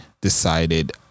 decided